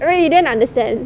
I read then understand